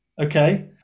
Okay